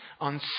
on